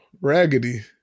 raggedy